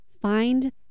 find